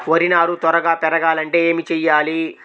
వరి నారు త్వరగా పెరగాలంటే ఏమి చెయ్యాలి?